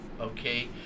Okay